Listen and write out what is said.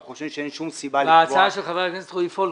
אנחנו חושבים שאין שום סיבה -- בהצעה של חבר הכנסת רועי פולקמן.